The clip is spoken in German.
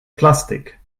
plastik